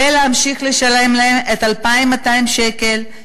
ולהמשיך לשלם להם את 2,200 השקלים,